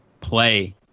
play